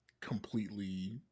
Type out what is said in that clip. completely